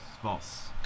false